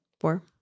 Four